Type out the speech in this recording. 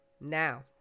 Now